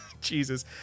Jesus